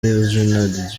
izina